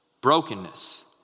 brokenness